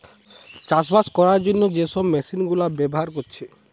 চাষবাস কোরার জন্যে যে সব মেশিন গুলা ব্যাভার কোরছে